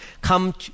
come